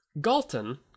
Galton